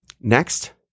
Next